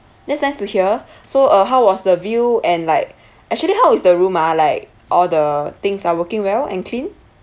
that's nice to hear so uh how was the view and like actually how is the room ah like all the things are working well and clean